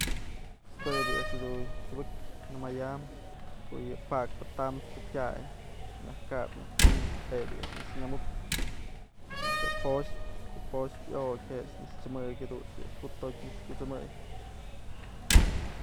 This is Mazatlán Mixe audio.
Pues jue bi'ia a'x dun tyubëk nëmayam ko'o yë pakpë tamspë kyay myaj kap myaj kynëpje'e bi'i a'ax nëkxë nyamuk, mëdë poxpë, ko'o poxpë iokyë je'e a'ax nëkx chëmëk jadunt's bi'i a'ax jutotyë nëkx kyusëmëy.